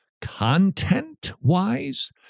content-wise